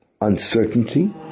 uncertainty